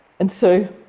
and so